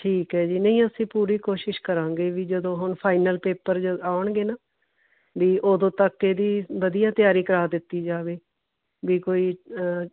ਠੀਕ ਹੈ ਜੀ ਨਹੀਂ ਅਸੀਂ ਪੂਰੀ ਕੋਸ਼ਿਸ਼ ਕਰਾਂਗੇ ਵੀ ਜਦੋਂ ਹੁਣ ਫਾਈਨਲ ਪੇਪਰ ਜ ਆਉਣਗੇ ਨਾ ਵੀ ਉਦੋਂ ਤੱਕ ਇਹਦੀ ਵਧੀਆ ਤਿਆਰੀ ਕਰਾ ਦਿੱਤੀ ਜਾਵੇ ਵੀ ਕੋਈ